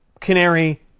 canary